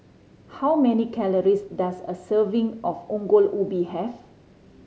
how many calories does a serving of Ongol Ubi have